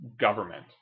government